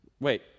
Wait